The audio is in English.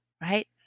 right